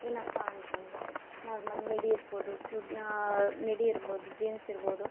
ಏನಪ್ಪಾ ಅಂತಂದರೆ normal midi ಇರ್ಬೊದು ಚುಡ್ ಮಿಡಿ ಇರ್ಬೊದು ಜೀನ್ಸ್ ಇರ್ಬೊದು